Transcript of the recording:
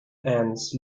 ants